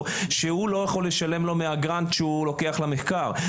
שהיא לא יכולה לשלם לו מהגרנט שהיא לוקחת למחקר.